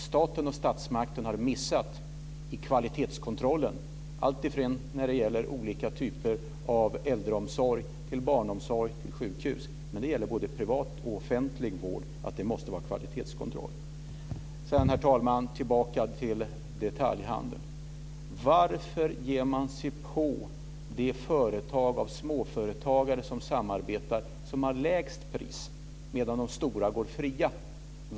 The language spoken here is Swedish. Staten och statsmakten har missat i kvalitetskontrollen, alltifrån olika typer av äldreomsorg till barnomsorg och sjukhus. Det måste finnas kvalitetskontroll i både privat och offentlig vård. Herr talman! Jag går tillbaka till detaljhandeln. Varför ger man sig på de småföretagare som samarbetar som har lägst pris, medan de stora går fria?